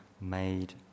made